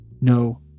no